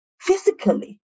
physically